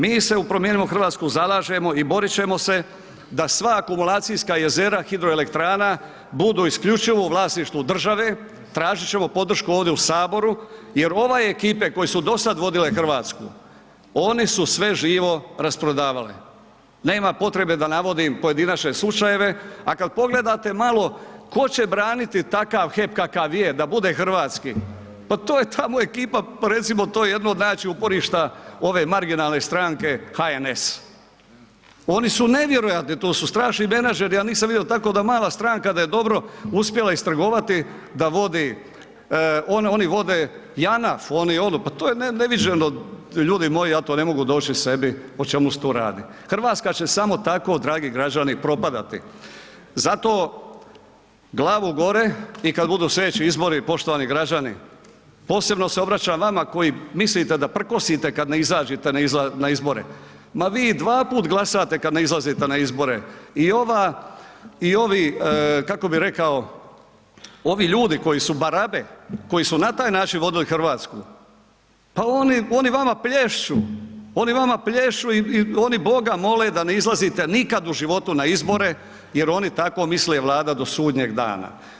Mi se u Promijenimo Hrvatsku zalažemo i borit ćemo se da sva akumulacijska jezera hidroelektrana budu isključivo u vlasništvu države, tražit ćemo podršku ovdje u saboru, jer ove ekipe koje su dosad vodile RH, one su sve živo rasprodavale, nema potrebe da navodim pojedinačne slučajeve, a kad pogledate malo ko će braniti takav HEP takav kakav je da bude hrvatski, pa to je tamo ekipa, pa recimo to je jedno od najjačih uporišta ove marginalne stranke HNS, oni su nevjerojatni, tu su strašni menadžeri, ja nisam vidio tako da mala stranka da je dobro uspjela istrgovati da vodi, oni vode JANAF, oni … [[Govornik se ne razumije]] , pa to je neviđeno ljudi moji ja to ne mogu doći sebi o čemu se tu radi, RH će samo tako dragi građani propadati, zato glavu gore i kad budu slijedeći izbori poštovani građani, posebno se obraćam vama koji mislite da prkosite kad ne izađete na izbore, ma vi dvaput glasate kad ne izlazite na izbore i ova i ovi kako bi rekao, ovi ljudi koji su barabe, koji su na taj način vodili RH, pa oni, oni vama plješću, oni vama plješću i, i oni Boga mole da ne izlazite nikad u životu na izbore jer oni tako misle, Vlada do sudnjeg dana.